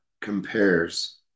compares